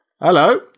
Hello